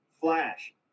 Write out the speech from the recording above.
flash